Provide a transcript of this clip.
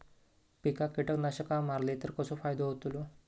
पिकांक कीटकनाशका मारली तर कसो फायदो होतलो?